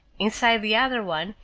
inside the other one,